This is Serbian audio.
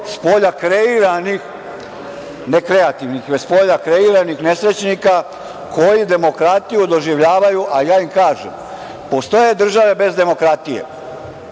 spolja kreiranih, ne kreativnih, već spolja kreiranih nesrećnika, koji demokratiju doživljavaju, a ja im kažem – postoje države bez demokratije,